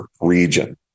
region